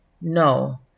No